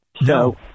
No